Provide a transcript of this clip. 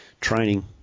training